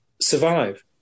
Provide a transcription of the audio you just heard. survive